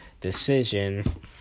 decision